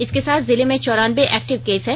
इसके साथ जिले में चौरानबे एक्टिव केस हैं